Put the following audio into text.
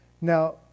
Now